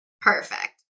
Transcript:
perfect